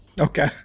Okay